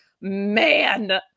man